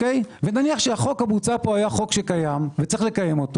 ונניח שהחוק המוצע פה היה חוק שקיים ויש לקיימו.